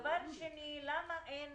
למה אין